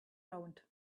round